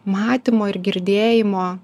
matymo ir girdėjimo